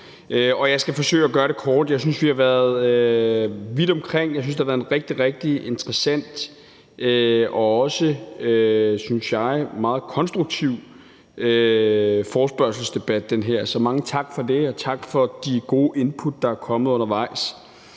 Jeg skal forsøge at gøre det kort. Jeg synes, vi har været vidt omkring. Jeg synes, det har været en rigtig, rigtig interessant og også meget konstruktiv forespørgselsdebat. Så tak for det, og tak for de gode input, der er kommet undervejs.